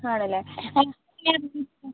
ആണല്ലേ